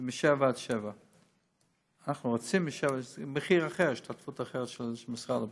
ואחר כך מ-19:00 עד 07:00. יש השתתפות אחרת של משרד הבריאות.